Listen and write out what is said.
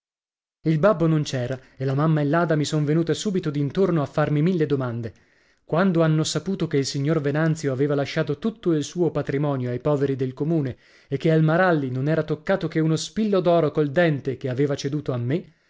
il babbo non c'era e la mamma e l'ada mi son venute subito d'intorno a farmi mille domande quando hanno saputo che il signor venanzio aveva lasciato tutto il suo patrimonio ai poveri del comune e che al maralli non era toccato che uno spillo d'oro col dente che aveva ceduto a me